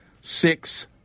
six